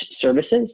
services